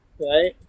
right